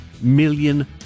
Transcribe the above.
million